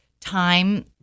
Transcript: time